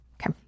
Okay